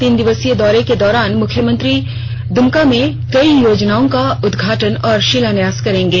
तीन दिवसीय दौरे के दौरान मुख्यमंत्री दुमका में कई योजनाओं का उद्घाटन और शिलान्यास करेंगे